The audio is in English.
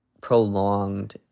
prolonged